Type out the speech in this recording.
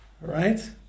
right